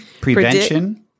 prevention